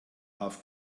auf